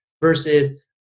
Versus